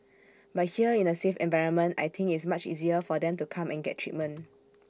but here in A safe environment I think it's much easier for them to come and get treatment